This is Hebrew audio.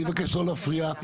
אני מבקש לא להפריע,